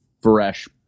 fresh